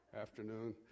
afternoon